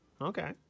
Okay